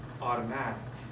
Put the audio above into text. automatic